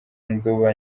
nduba